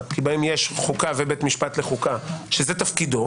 כי בהן יש חוקה ובית משפט לחוקה שזה תפקידו,